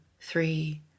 three